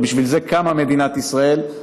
ובשביל זה קמה מדינת ישראל.